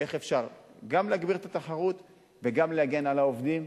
איך אפשר גם להגביר את התחרות וגם להגן על העובדים.